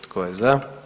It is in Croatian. Tko je za?